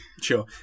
sure